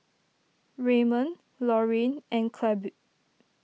Raymond Loreen and Clabe